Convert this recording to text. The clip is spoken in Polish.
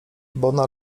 bona